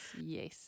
yes